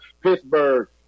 Pittsburgh